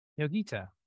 Yogita